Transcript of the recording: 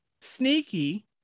sneaky